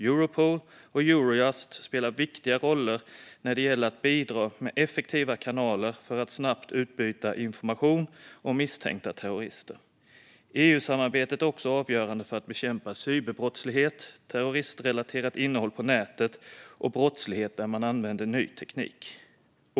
Europol och Eurojust spelar viktiga roller när det gäller att bidra med effektiva kanaler för att snabbt utbyta information om misstänkta terrorister. EU-samarbetet är också avgörande för att bekämpa cyberbrottslighet, terroristrelaterat innehåll på nätet och brottslighet där man använder ny teknik.